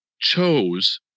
chose